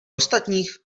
ostatních